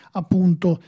appunto